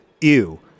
ew